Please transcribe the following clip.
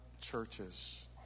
churches